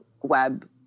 web